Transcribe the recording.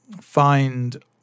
find